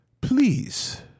Please